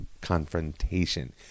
confrontation